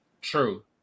True